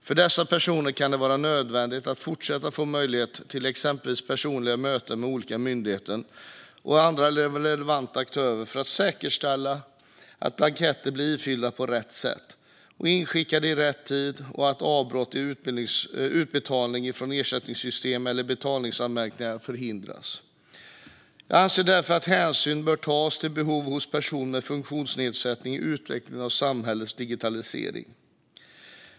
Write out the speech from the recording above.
För dessa personer kan det vara nödvändigt att fortsatt få möjlighet till exempelvis personliga möten med olika myndigheter och andra relevanta aktörer för att säkerställa att blanketter blir ifyllda på rätt sätt och inskickade i rätt tid och att avbrott i utbetalningar från ersättningssystem eller betalningsanmärkningar förhindras. Jag anser därför att hänsyn bör tas till behoven hos personer med funktionsnedsättning i utvecklingen av samhällets digitalisering.